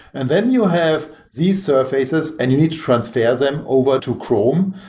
and then you have these surfaces and you need to transfer them over to chrome,